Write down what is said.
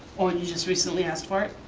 oh, and you just recently asked for it.